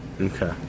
Okay